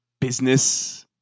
business